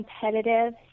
competitive